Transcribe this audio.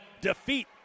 Defeat